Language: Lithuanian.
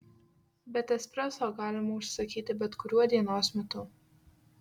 bet espreso galima užsisakyti bet kuriuo dienos metu